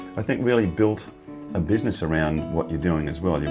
i think really built a business around what your doing as well.